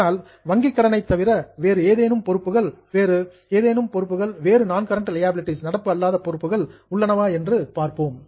ஆனால் வங்கி கடனை தவிர வேறு ஏதேனும் பொறுப்புகள் வேறு நான் கரண்ட் லியாபிலிடீஸ் நடப்பு அல்லாத பொறுப்புகள் உள்ளனவா என்று பார்ப்போம்